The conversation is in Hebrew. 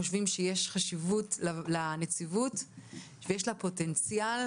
חושבים שיש חשיבות לנציבות ויש לה פוטנציאל